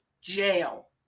jail